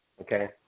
okay